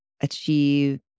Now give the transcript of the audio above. achieve